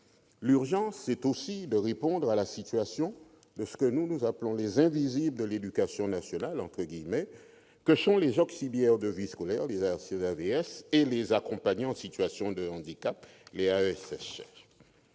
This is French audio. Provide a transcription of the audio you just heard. L'urgence est aussi de répondre à la situation de ceux que nous appelons les « invisibles de l'éducation nationale », à savoir les auxiliaires de vie scolaire, les AVS, et les accompagnants des élèves en situation de handicap, les AESH.